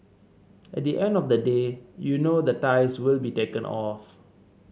at the end of the day you know the ties will be taken off